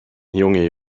junge